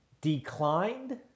declined